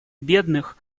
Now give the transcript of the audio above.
бедных